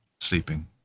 sleeping